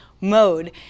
mode